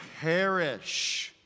perish